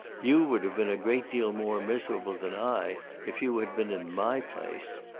you would have been a great deal more miserable than i if you had been in my place.